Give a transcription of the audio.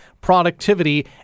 productivity